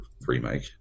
remake